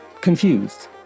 confused